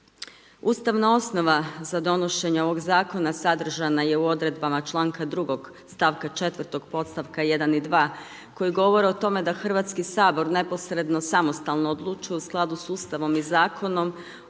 Ustavna osnova za donošenje ovog zakona, sadržana je u odredbama čl. 2. stavka 4 podstavka 1. i 2. koji govore o tome da Hrvatski sabor, neposredno, samostalno odlučuje u skladu sa Ustavom i zakonom